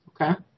Okay